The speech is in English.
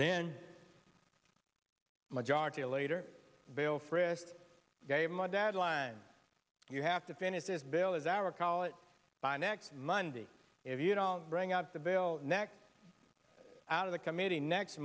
then majority leader bill frist gave my dad line you have to finish this bill as our call it by next monday if you don't bring up the bill next out of the committee next